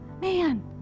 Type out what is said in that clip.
Man